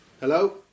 Hello